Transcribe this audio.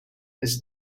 his